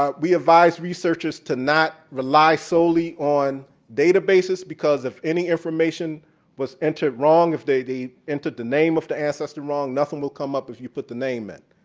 um we advised researchers to not rely solely on databases because of any information was entered wrong if they they entered the name of the ancestor wrong, nothing will come up if you put the name in.